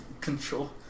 Control